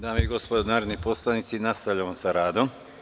Dame i gospodo narodni poslanici, nastavljamo sa radom.